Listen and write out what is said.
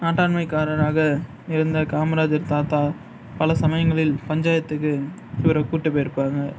நாட்டாமைக்காரராக இருந்த காமராஜர் தாத்தா பல சமயங்களில் பஞ்சாயத்துக்கு இவர கூப்பிட்டு போயிருப்பாங்க